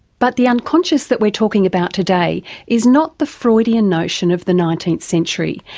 but the unconscious that we're talking about today is not the freudian notion of the nineteenth century,